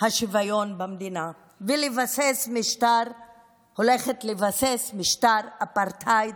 השוויון במדינה והולכת לבסס משטר אפרטהייד,